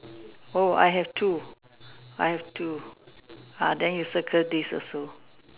oh I have two I have two ah then you circle this also